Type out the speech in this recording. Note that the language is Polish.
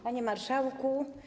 Panie Marszałku!